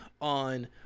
on